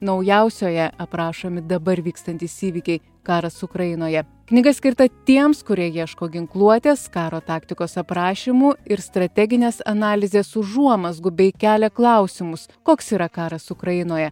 naujausioje aprašomi dabar vykstantys įvykiai karas ukrainoje knyga skirta tiems kurie ieško ginkluotės karo taktikos aprašymų ir strateginės analizės užuomazgų bei kelia klausimus koks yra karas ukrainoje